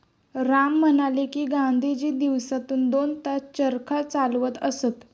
राम म्हणाले की, गांधीजी दिवसातून दोन तास चरखा चालवत असत